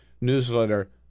newsletter